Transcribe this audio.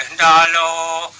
da